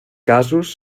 casos